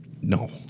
No